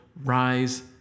rise